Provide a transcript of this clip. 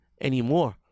anymore